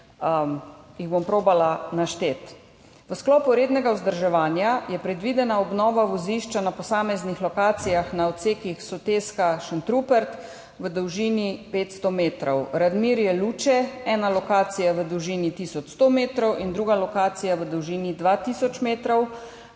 jih bom poskušala našteti. V sklopu rednega vzdrževanja je predvidena obnova vozišča na posameznih lokacijah na odsekih Soteska–Šentrupert v dolžini 500 metrov. Radmirje–Luče, ena lokacija je v dolžini tisoč 100 metrov in druga lokacija v dolžini 2 tisoč metrov.